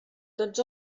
tots